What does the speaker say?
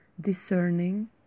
discerning